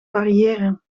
variëren